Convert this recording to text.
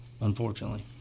unfortunately